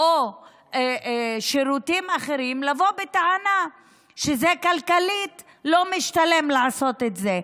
או שירותים אחרים לבוא בטענה שכלכלית לא משתלם לעשות את זה.